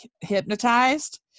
hypnotized